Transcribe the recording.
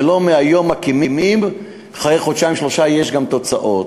זה לא שהיום מקימים ואחרי חודשיים-שלושה יש גם תוצאות.